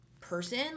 person